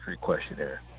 questionnaire